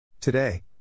Today